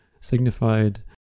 signified